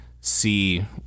see